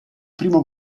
primo